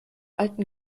alten